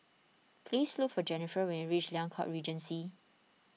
please look for Jennifer when you reach Liang Court Regency